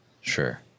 Sure